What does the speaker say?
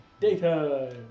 Daytime